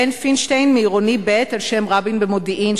בן פינשטיין מעירוני ב' על שם רבין במודיעין,